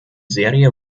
serie